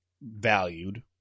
valued